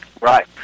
Right